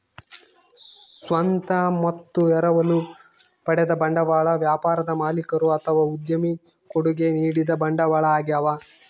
ಸ್ವಂತ ಮತ್ತು ಎರವಲು ಪಡೆದ ಬಂಡವಾಳ ವ್ಯಾಪಾರದ ಮಾಲೀಕರು ಅಥವಾ ಉದ್ಯಮಿ ಕೊಡುಗೆ ನೀಡಿದ ಬಂಡವಾಳ ಆಗ್ಯವ